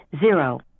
zero